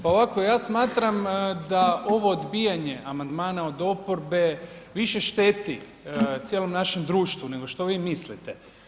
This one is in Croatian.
Pa ovako, ja smatram da ovo odbijanje amandmana od oporbe više šteti cijelom našem društvu nego što vi mislite.